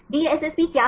DSSP क्या है